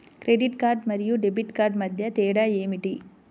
Credit card మరియు debit card మధ్య తేడా ఏమిటి?